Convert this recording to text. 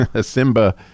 Simba